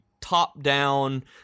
top-down